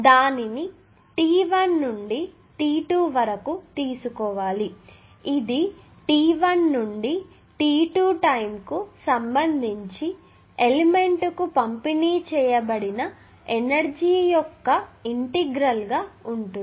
దానిని t1 నుండి t2 వరకు తీసుకోవాలి ఇది t1 నుండి t2 టైం కు సంబంధించి ఎలిమెంట్ కు పంపిణీ చేయబడిన ఎనర్జీ యొక్క ఇంటిగ్రల్ గా ఉంటుంది